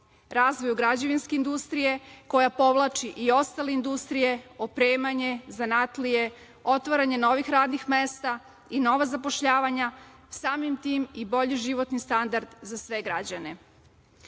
razvoju građevinske industrije koja povlači i ostale industrije, opremanje, zanatlije, otvaranje novih radnih mesta i nova zapošljavanja, samim tim i bolji životni standard za sve građane. Protekle